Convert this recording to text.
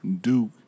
Duke